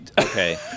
Okay